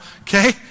okay